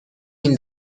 این